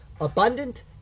abundant